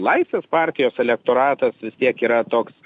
laisvės partijos elektoratas vis tiek yra toks